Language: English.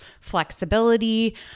flexibility